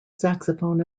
saxophone